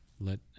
let